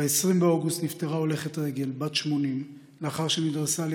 ב-20 באוגוסט נפטרה הולכת רגל בת 80 לאחר שנדרסה על